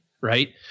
right